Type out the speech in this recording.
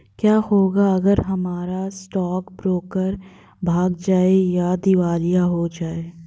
क्या होगा अगर हमारा स्टॉक ब्रोकर भाग जाए या दिवालिया हो जाये?